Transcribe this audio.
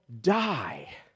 die